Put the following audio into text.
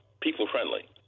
people-friendly